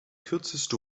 kürzeste